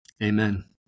Amen